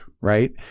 right